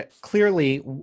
clearly